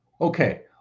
Okay